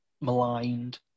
maligned